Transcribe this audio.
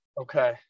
Okay